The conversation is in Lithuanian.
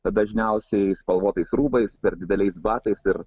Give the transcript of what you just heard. tad dažniausiai spalvotais rūbais per dideliais batais ir